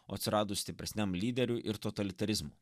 o atsiradus stipresniam lyderiui ir totalitarizmu